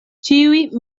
ĉiuj